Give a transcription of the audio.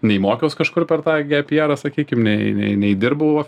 nei mokiaus kažkur per tą gepjerą sakykim nei nei nei dirbau